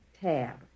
tab